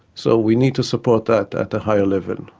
so we need to support that at the higher level,